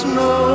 no